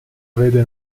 vede